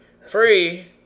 free